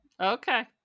Okay